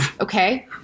Okay